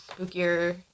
spookier